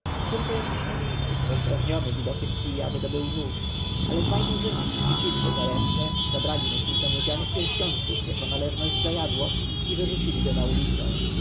tylko jakiś libijczyk rozdrażniony widokiem kija wydobył nóż ale dwaj murzyni chwycili go za ręce zabrali mu kilka miedzianych pierścionków jako należność za jadło i wyrzucili go na ulicę